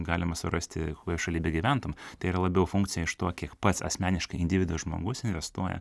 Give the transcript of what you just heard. galima surasti kokioj šaly begyventum tai yra labiau funkcija iš to kiek pats asmeniškai individas žmogus investuoja